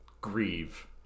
grieve